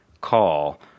call